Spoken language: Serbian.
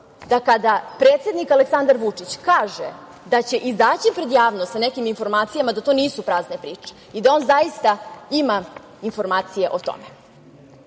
da kada predsednik Aleksandar Vučić, kaže da će izaći pred javnost sa nekim informacijama da to nisu prazne priče i da on, zaista ima informacije o